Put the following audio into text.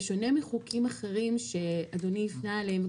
בשונה מחוקים אחרים שאדוני הפנה אליהם,